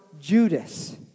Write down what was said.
Judas